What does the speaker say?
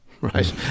right